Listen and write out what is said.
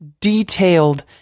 detailed